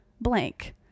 blank